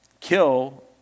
kill